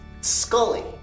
scully